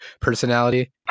personality